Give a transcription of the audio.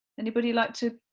anybody like to